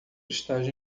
estágio